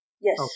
Yes